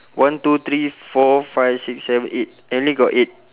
one two three four five six seven eight I only got eight